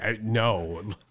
No